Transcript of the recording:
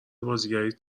بازیگریت